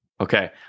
Okay